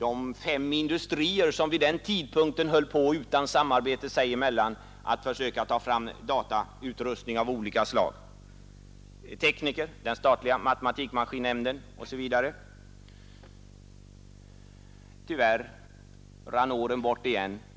och för de industrier som vid den tidpunkten höll på att utan samarbete sinsemellan försöka utveckla datautrustning av olika slag. Där fanns också tekniker från den statliga matematikmaskinnämnden osv. Tyvärr rann åren bort igen.